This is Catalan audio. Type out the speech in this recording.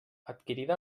adquirida